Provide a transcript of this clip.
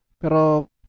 pero